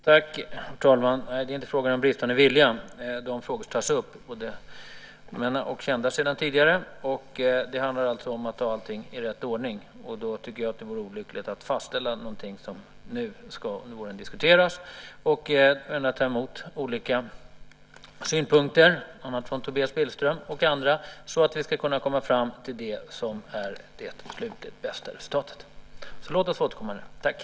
Fru talman! Nej, det är inte fråga om bristande vilja. De frågor som tas upp är kända sedan tidigare. Det handlar om att ta allting i rätt ordning, och jag tycker att det vore olyckligt att fastställa någonting som nu ska diskuteras. Det gäller att ta emot olika synpunkter från Tobias Billström och andra, så att vi ska kunna komma fram till det som sist och slutligt ger det bästa resultatet. Låt oss alltså få återkomma i frågan.